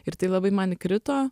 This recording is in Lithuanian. ir tai labai man įkrito